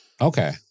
Okay